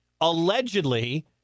allegedly